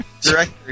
director